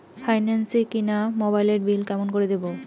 Finance এ কিনা মোবাইলের বিল কেমন করে দিবো?